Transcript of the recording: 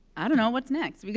i don't know. what's next? i mean